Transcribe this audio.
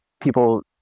people